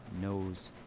knows